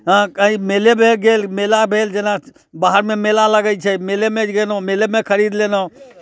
हँ कहीँ मेलेमे गेल मेला भेल जेना बाहरमे मेला लगै छै मेलेमे गेलहुँ मेलेमे खरीद लेलहुँ